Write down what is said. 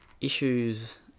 issues